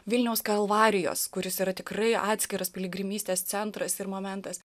vilniaus kalvarijos kuris yra tikrai atskiras piligrimystės centras ir momentas